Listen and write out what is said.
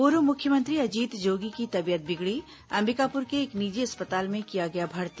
पूर्व मुख्यमंत्री अजीत जोगी की तबीयत बिगड़ी अंबिकापुर के एक निजी अस्पताल में किया गया भर्ती